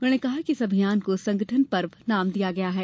उन्होंने कहा कि इस अभियान को संगठन पर्व नाम दिया गया है